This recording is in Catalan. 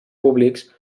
públics